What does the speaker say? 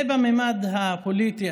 זה בממד הפוליטי,